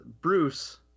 Bruce